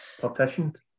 partitioned